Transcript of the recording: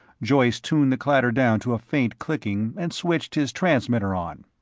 joyce tuned the clatter down to a faint clicking, and switched his transmitter on.